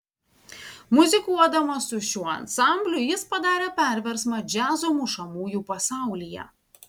muzikuodamas su šiuo ansambliu jis padarė perversmą džiazo mušamųjų pasaulyje